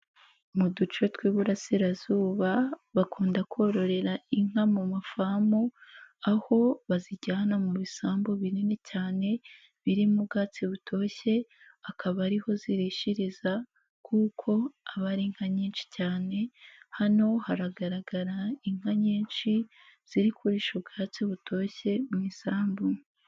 Mu duce tw'Iburasirazuba bakunda kororera inka mu mafamu aho bazijyana mu bisambu binini cyane birimo ubwatsi butoshye akaba ariho zirishiriza kuko aba ari inka nyinshi cyane, hano haragaragara inka nyinshi ziri kurisha ubwatsi butoshye mu isambu.